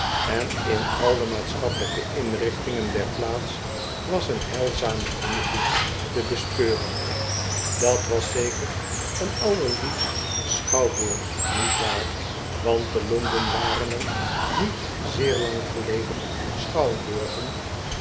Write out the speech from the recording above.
en in al de maatschappelijke inrichtingen der plaats was een heilzame invloed te bespeuren dat was zeker een allerliefste schouwburg niet waar want te londen waren er niet zeer lang geleden